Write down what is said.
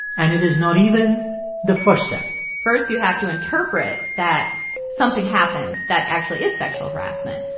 and it is not even the first step first, you have to interpret that something happened that actually is sexual harassment.